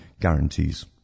guarantees